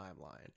timeline